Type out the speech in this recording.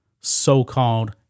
so-called